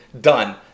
Done